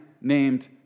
named